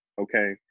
Okay